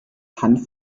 hanf